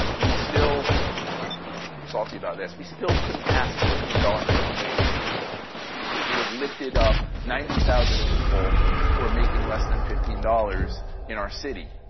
um we still i'm salty about this, we still couldn't pass a fifteen dollars minimum wage which would have lifted up ninety thousand people who are making less than fifteen dollars in our city.